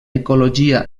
ecologia